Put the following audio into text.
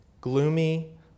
gloomy